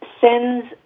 sends